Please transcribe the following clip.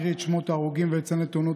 אקריא את שמות ההרוגים ואציין את תאונות